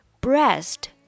breast